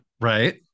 Right